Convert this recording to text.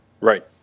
Right